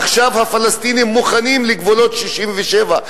עכשיו הפלסטינים מוכנים לגבולות 67',